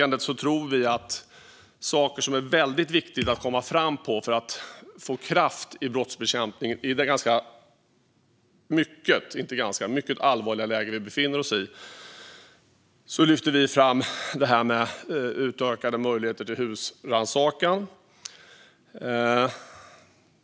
När det gäller det här betänkandet vill vi liberaler lyfta fram detta med utökade möjligheter till husrannsakan.